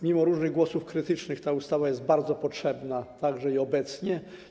Mimo różnych głosów krytycznych uważam, że ta ustawa jest bardzo potrzebna, także i obecnie.